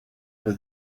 for